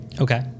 okay